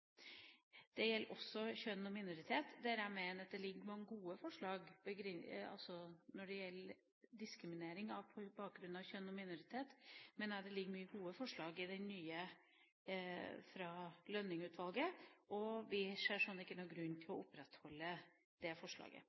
Jeg mener at det ligger mange gode forslag her når det gjelder vern mot diskriminering på grunn av kjønn og av minoriteter, og det ligger mange gode forslag fra Lønning-utvalget, så vi ser slik sett ikke noen grunn til at det forslaget